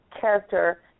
character